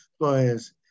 employers